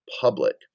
public